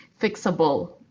fixable